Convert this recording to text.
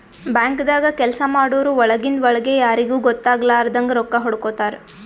ಬ್ಯಾಂಕ್ದಾಗ್ ಕೆಲ್ಸ ಮಾಡೋರು ಒಳಗಿಂದ್ ಒಳ್ಗೆ ಯಾರಿಗೂ ಗೊತ್ತಾಗಲಾರದಂಗ್ ರೊಕ್ಕಾ ಹೊಡ್ಕೋತಾರ್